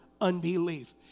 unbelief